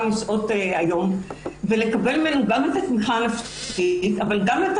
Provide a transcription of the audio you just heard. משעות היום ולקבל ממנו גם את התמיכה הנפשית וגם את